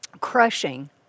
crushing